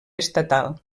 estatal